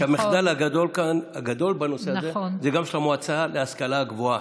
המחדל הגדול בנושא הזה הוא גם של המועצה להשכלה גבוהה.